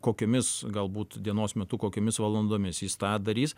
kokiomis galbūt dienos metu kokiomis valandomis jis tą darys